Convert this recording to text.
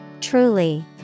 Truly